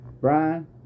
Brian